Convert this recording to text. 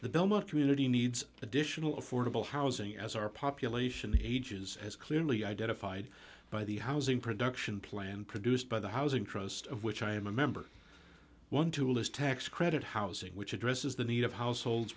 the belmont community needs additional affordable housing as our population ages as clearly identified by the housing production plan produced by the housing trust of which i am a member one tool is tax credit housing which addresses the need of households